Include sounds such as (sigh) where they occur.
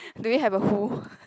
do you have a full (laughs)